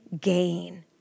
gain